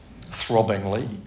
throbbingly